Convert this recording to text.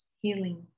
healing